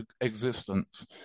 existence